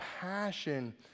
passion